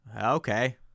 okay